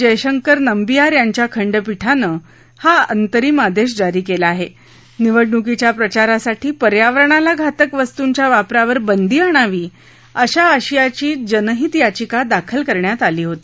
जयशंकरन नांबियार यांच्या खंडपीठानहि अंतरिम आदश्व जारी कला आहा निवडणुकीच्या प्रचारसाठी पर्यावरणाला घातक वस्तूंच्या वापरावर बंदी आणावी अशा आशयाची जनहित याचिका दाखल करण्यात आली होती